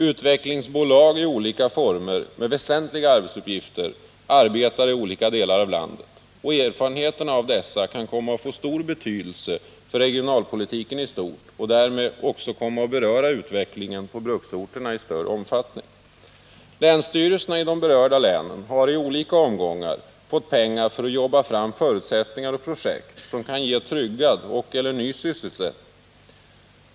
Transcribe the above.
Utvecklingsbolag i olika former, med väsentliga uppgifter, arbetar i olika delar av landet, och erfarenheterna av dessa kan komma att få stor betydelse för regionalpolitikenistort och därmed också komma att beröra utvecklingen på bruksorterna i större omfattning. Länsstyrelserna i de berörda länen har i olika omgångar fått pengar för att jobba fram förutsättningar och projekt som kan ge tryggad och/eller ny sysselsättning.